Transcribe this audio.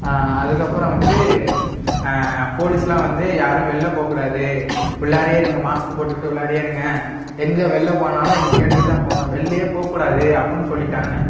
அதுக்கப்புறோம் வந்து போலீஸ்லாம் வந்து யாரும் வெளியில் போக கூடாது உள்ளாரயே இருங்க மாஸ்க் போட்டுக்கிட்டு உள்ளாரேயே இருங்கள் எங்கள் வெளியில் போனாலும் எங்களை கேட்டுட்டு தான் போகணும் வெளியில் போக கூடாது அப்புன்னு சொல்லிட்டாங்க